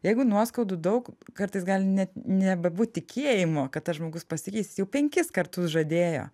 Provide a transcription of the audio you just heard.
jeigu nuoskaudų daug kartais gali ne nebebūt tikėjimo kad tas žmogus pasikeis jis jau penkis kartus žadėjo